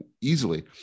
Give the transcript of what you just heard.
easily